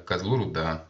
kazlų rūda